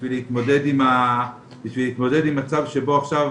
בשביל להתמודד עם מצב שבו עכשיו,